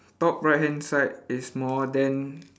top right hand side is small then